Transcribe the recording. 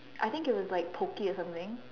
I think it was like Pocky or something